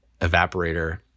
evaporator